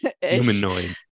Humanoid